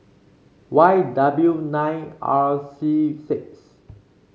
Y W nine R C six